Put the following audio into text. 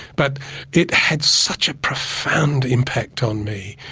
but it had such a profound impact on me.